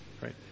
right